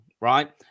right